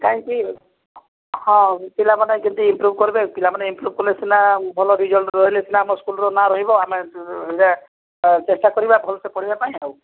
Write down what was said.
କାହିଁକି ହଁ ପିଲାମାନେ କେମିତି ଇମ୍ପ୍ରୁଭ କରିବେ ଇମ୍ପ୍ରୁଭ କଲେ ସିନା ପିଲା ଭଲ ରେଜଲ୍ଟ ରହିଲେ ସିନା ଆମ ସ୍କୁଲର ନାଁ ରହିବ ଆମେ ଚେଷ୍ଟା କରିବା ଭଲ ସେ ପଢ଼ାଇବା ପାଇଁ ଆଉ